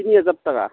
তিনি হাজাৰ টাকা